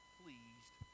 pleased